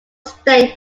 state